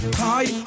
high